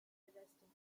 interesting